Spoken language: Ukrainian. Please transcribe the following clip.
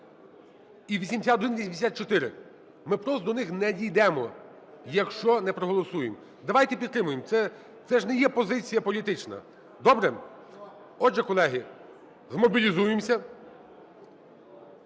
І 8184. Ми просто до них не дійдемо, якщо не проголосуємо. Давайте підтримаємо. Це ж не є позиція політична. Добре? Отже, колеги, змобілізуємся.